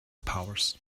powers